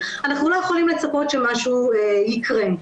אנחנו לא יכולים לצפות שמשהו יקרה.